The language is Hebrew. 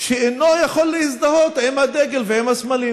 שאינו יכול להזדהות עם הדגל ועם הסמלים.